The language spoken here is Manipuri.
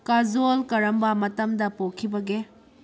ꯀꯥꯖꯣꯜ ꯀꯔꯝꯕ ꯃꯇꯝꯗ ꯄꯣꯛꯈꯤꯕꯒꯦ